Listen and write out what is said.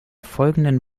folgenden